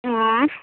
आँए